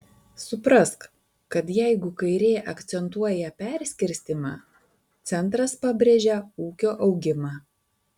suprask kad jeigu kairė akcentuoja perskirstymą centras pabrėžia ūkio augimą